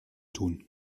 tun